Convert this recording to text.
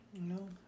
No